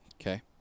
Okay